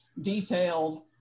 detailed